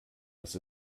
dass